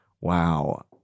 wow